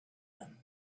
them